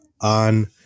on